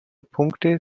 punkte